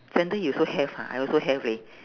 sandal you also have ah I also have leh